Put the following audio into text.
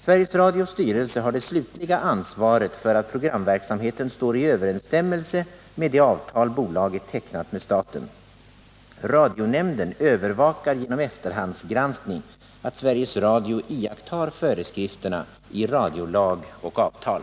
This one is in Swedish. Sveriges Radios styrelse har det slutliga ansvaret för att programverksamheten står i överensstämmelse med det avtal bolaget tecknat med staten. Radionämnden övervakar genom efterhandsgranskning att Sveriges Radio iakttar föreskrifterna i radiolag och avtal.